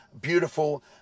beautiful